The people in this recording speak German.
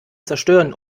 zerstören